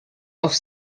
auf